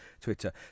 Twitter